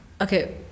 Okay